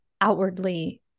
outwardly